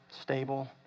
Stable